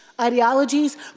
ideologies